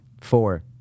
Four